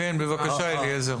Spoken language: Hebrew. אפשר, אני אתן דוגמה.